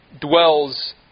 dwells